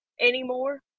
anymore